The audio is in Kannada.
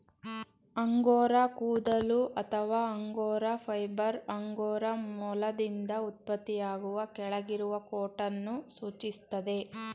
ಅಂಗೋರಾ ಕೂದಲು ಅಥವಾ ಅಂಗೋರಾ ಫೈಬರ್ ಅಂಗೋರಾ ಮೊಲದಿಂದ ಉತ್ಪತ್ತಿಯಾಗುವ ಕೆಳಗಿರುವ ಕೋಟನ್ನು ಸೂಚಿಸ್ತದೆ